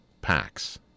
packs